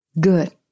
Good